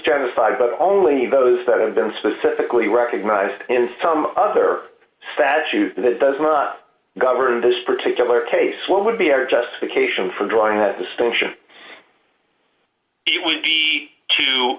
genocide but only those that have been specifically recognized in some other statute that does not govern this particular case what would be our justification for drawing a distinction it would be to